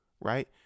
right